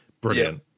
Brilliant